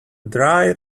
dried